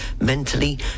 mentally